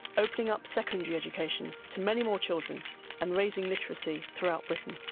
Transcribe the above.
opening up secondary education to many more children and raising literacy throughout britain.